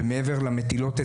ומעבר למטילות,